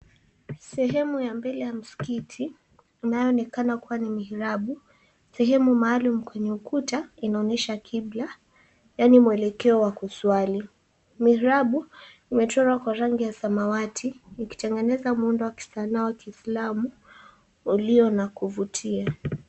Sehemu ya mbele ya msikiti inayoonekana kuwa ni mihirabu. Sehemu maalum kwenye ukuta inaonyesha kibla, yaani mwelekeo wa kuswali. Mihirabu imetengenezwa na rangi ya samawati ukitengeneza muundo wa kisanaa wa Kiislamu ulio na kuvutia.